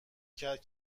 کرد